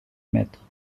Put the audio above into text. mètres